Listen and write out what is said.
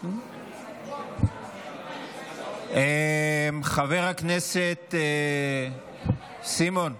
חבר הכנסת סימון מושיאשוילי,